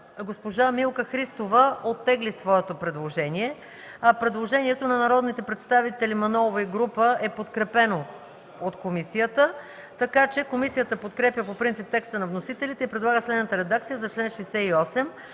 госпожа Милка Христова оттегли своето предложение. Предложението на народните представители Манолова и група е подкрепено от комисията. Комисията подкрепя по принцип текста на вносителите и предлага следната редакция за чл. 68: